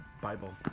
bible